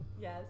yes